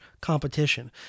competition